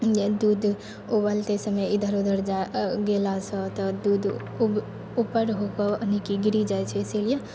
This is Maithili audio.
दूध उबलतै समय इधर उधर जाइ गेलासँ तऽ दूध उपर होकऽ यानिकि गिरी जाइ छै इसीलिए